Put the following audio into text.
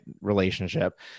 relationship